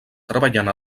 treballant